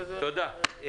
תודה.